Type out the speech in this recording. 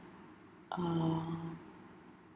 uh